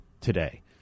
today